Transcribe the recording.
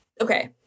Okay